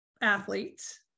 athletes